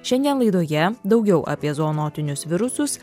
šiandien laidoje daugiau apie zoonotinius virusus